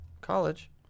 college